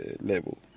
level